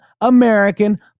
American